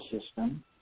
system